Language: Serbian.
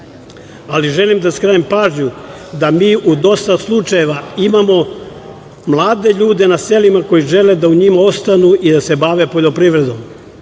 dece. Želim da skrenem pažnju da mi u dosta slučajeva imamo mlade ljude na selima koji žele da u njima ostanu i da se bave poljoprivredom,